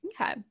Okay